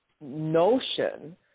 notion